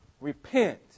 Repent